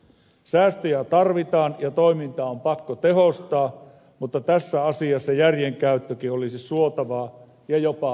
säästöjä tarvitaan ja toimintaa on pakko tehostaa mutta tässä asiassa järjen käyttökin olisi suotavaa ja jopa elintärkeää